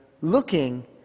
looking